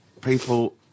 people